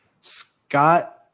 Scott